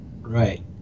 right